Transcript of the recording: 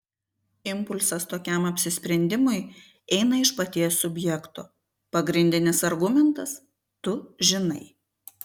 impulsas tokiam apsisprendimui eina iš paties subjekto pagrindinis argumentas tu žinai